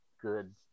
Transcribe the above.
good